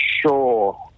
sure